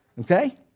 Okay